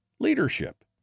Leadership